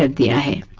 ah da